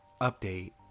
Update